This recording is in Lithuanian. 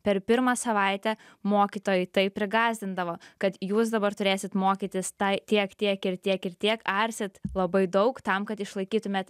per pirmą savaitę mokytojai taip prigąsdindavo kad jūs dabar turėsit mokytis tai tiek tiek ir tiek ir tiek arsit labai daug tam kad išlaikytumėt